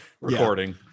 recording